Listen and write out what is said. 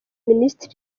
minisitiri